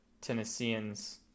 Tennesseans